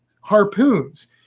harpoons